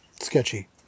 sketchy